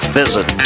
visit